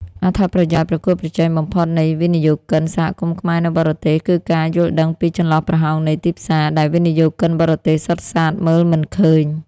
អត្ថប្រយោជន៍ប្រកួតប្រជែងបំផុតនៃវិនិយោគិន សហគមន៍ខ្មែរនៅបរទេស គឺការយល់ដឹងពី "ចន្លោះប្រហោងនៃទីផ្សារ" ដែលវិនិយោគិនបរទេសសុទ្ធសាធមើលមិនឃើញ។